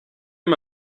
him